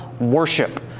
worship